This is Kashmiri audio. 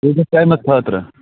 کۭتِس ٹایمَس خٲطرٕ